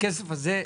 שהכסף הזה,